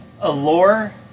Allure